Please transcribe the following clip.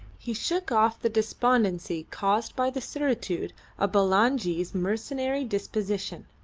he shook off the despondency caused by the certitude of bulangi's mercenary disposition,